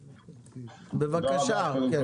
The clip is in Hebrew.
בבקשה.